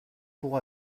pour